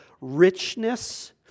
richness